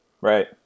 Right